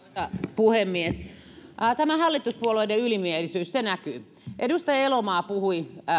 puhemies hallituspuolueiden ylimielisyys näkyy edustaja elomaa puhui